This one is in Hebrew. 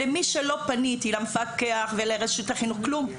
למי שלא פניתי - למפקח, לרשות החינוך, כלום.